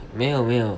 没有没有